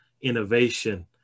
innovation